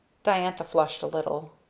diantha flushed a little.